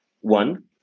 one